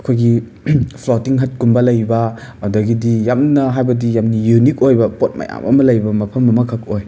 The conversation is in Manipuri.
ꯑꯩꯈꯣꯏꯒꯤ ꯐ꯭ꯂꯣꯇꯤꯡ ꯍꯠꯀꯨꯝꯕ ꯂꯩꯕ ꯑꯗꯒꯤꯗꯤ ꯌꯥꯝꯅ ꯍꯥꯏꯕꯗꯤ ꯌꯥꯝꯅ ꯌꯨꯅꯤꯛ ꯑꯣꯏꯕ ꯄꯣꯠ ꯃꯌꯥꯝ ꯑꯃ ꯂꯩꯕ ꯃꯐꯝ ꯑꯃꯈꯛ ꯑꯣꯏ